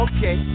Okay